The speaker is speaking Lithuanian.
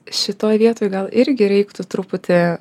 šitoj vietoj gal irgi reiktų truputį